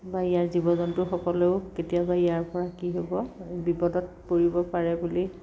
বা ইয়াৰ জীৱ জন্তুসকলেও কেতিয়াবা ইয়াৰ পৰা কি হ'ব এই বিপদত পৰিব পাৰে বুলি